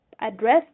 address